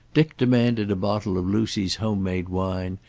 dick demanded a bottle of lucy's home-made wine,